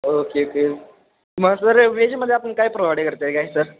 okay okay मग sir व्हेजमध्ये आपण काय प्रोव्हाइड करत आहे काय सर